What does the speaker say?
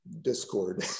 discord